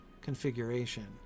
configuration